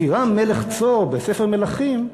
חירם מלך צור, כתוב בספר מלכים,